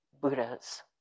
Buddhas